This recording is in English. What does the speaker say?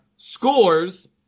Scores